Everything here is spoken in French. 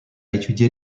étudié